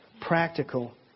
practical